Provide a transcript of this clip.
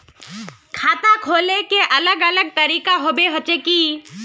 खाता खोले के अलग अलग तरीका होबे होचे की?